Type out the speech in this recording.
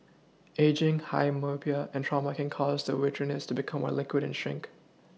ageing high myopia and trauma can cause the vitreous to become more liquid and shrink